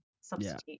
substitute